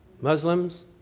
Muslims